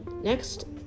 Next